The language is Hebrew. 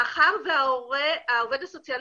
מאחר והעובד הסוציאלי